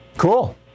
Cool